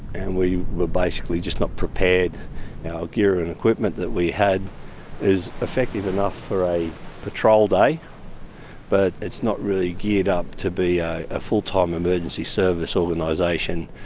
and we were basically just not prepared, our gear and equipment that we had is effective enough for a patrol day but it's not really geared up to be a full time emergency service organisation.